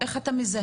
איך אתה מזהה?